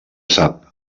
sap